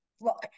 look